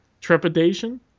Trepidation